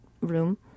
room